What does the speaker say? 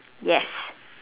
yes